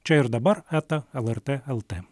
čia ir dabar eta lrt lt